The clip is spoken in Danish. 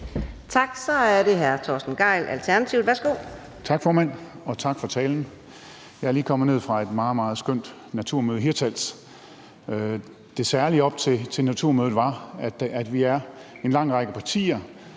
Tak. Så er det hr. Torsten Gejl, Alternativet. Værsgo. Kl. 11:13 Torsten Gejl (ALT): Tak, formand. Og tak for talen. Jeg er lige kommet ned fra et meget, meget skønt naturmøde i Hirtshals. Det særlige op til naturmødet var, at vi er en lang række partier,